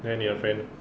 neh 你的 friends